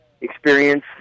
experience